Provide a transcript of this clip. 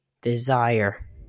desire